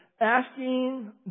Asking